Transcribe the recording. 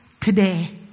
today